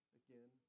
again